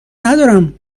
ندارم